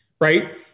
right